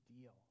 deal